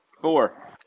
Four